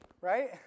Right